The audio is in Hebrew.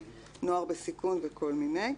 נוער בסיכון וכל מיני.